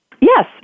Yes